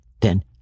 Then